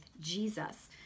Jesus